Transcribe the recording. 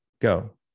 Go